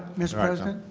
mr. president.